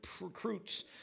recruits